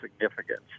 significance